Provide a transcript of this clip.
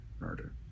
murder